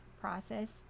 process